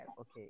okay